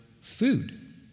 food